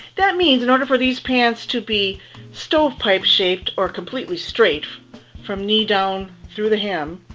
that means in order for these pants to be stovepipe shaped, or completely straight from knee down through the hem,